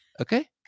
Okay